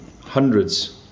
hundreds